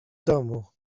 domu